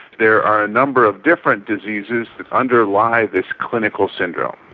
there are a number of different diseases that underlie this clinical syndrome,